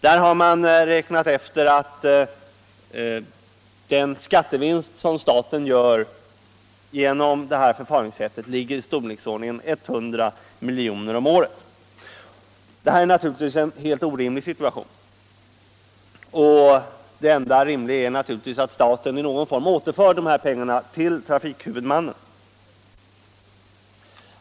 Där har man räknat ut att den skattevinst som staten gör genom det här förfaringssättet ligger i storleksordningen 100 milj.kr. om året. Det är en helt orimlig situation. Det enda rimliga är givetvis att staten i någon form återför dessa pengar till trafikhuvudmannen.